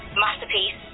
masterpiece